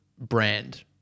brand